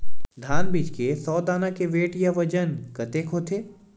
धान बीज के सौ दाना के वेट या बजन कतके होथे?